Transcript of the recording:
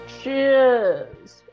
Cheers